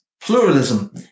pluralism